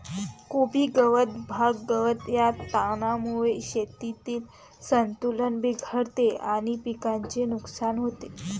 कोबी गवत, भांग, गवत या तणांमुळे शेतातील संतुलन बिघडते आणि पिकाचे नुकसान होते